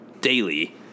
daily